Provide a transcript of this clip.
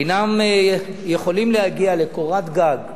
אינם יכולים להגיע לקורת גג,